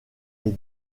est